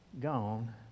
gone